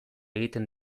egiten